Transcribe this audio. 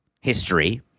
history